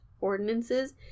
ordinances